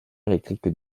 électrique